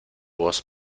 voz